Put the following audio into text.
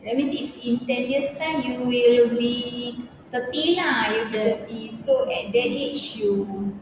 that means if in ten years time you will be thirty lah so at that age you